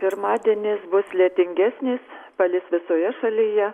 pirmadienis bus lietingesnis palis visoje šalyje